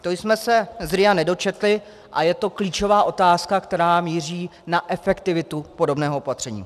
To jsme se z RIA nedočetli a je to klíčová otázka, která míří na efektivitu podobného opatření.